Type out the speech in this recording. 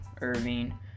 Irving